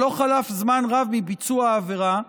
שלא חלף זמן רב מביצוע העבירה,